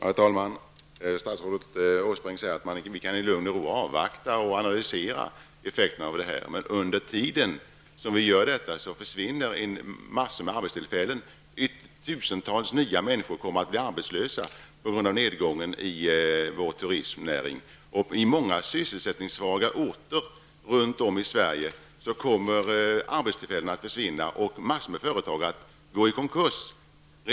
Herr talman! Statsrådet Åsbrink säger att vi i lugn och ro kan avvakta och analysera effekterna. Men under tiden som vi gör detta försvinner en mängd arbetstillfällen och tusentals människor kommer att bli arbetslösa på grund av nedgången i vår turistnäring. I många sysselsättningssvaga orter runt om i Sverige kommer arbetstillfällen att försvinna, och en mängd företag kommer att gå i konkurs.